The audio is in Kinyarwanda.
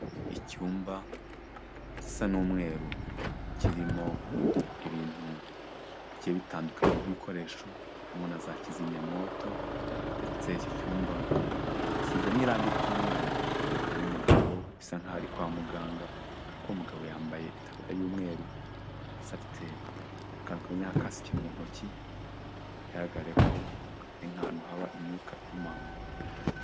Icyumba gisa n'umweru kirimo ibintu bigiye bitandukanye by'ibikoresho, harimo na za kizimyamwoto ndetse icyo cyumba hasizemo irangi ry'umweru, hari n'umugabo bisa nk'aho ari kwa muganga, ariko uwo mugabo yambaye itabariya y'umweru, hasi afite akantu kameze nka kasike mu ntoki, bigaragare ko ari nk'ahantu haba imyuka ihumanye.